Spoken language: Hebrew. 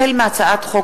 החל בהצעת חוק